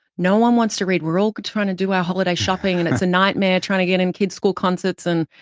no one wants to read. we're all trying to do our holiday shopping, and it's a nightmare, trying to get in kids' school concerts. and,